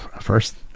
first